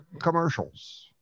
commercials